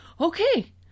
okay